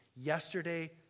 yesterday